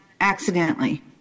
accidentally